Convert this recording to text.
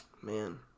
Man